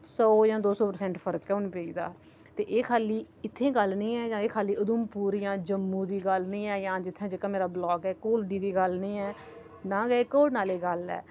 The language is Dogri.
सौ जां दो सौ प्रसैंट ऐ फर्क हून पेई दा ते एह् खाली इत्थे गल्ल निं ऐ जां खाली उधमपुर जां जम्मू दी गल्ल निं ऐ जां जित्थैं मेरा ब्लाक ऐ कोलडी दी गल्ल निं ऐ नां गै एह् कोडा नाले गल्ल ऐ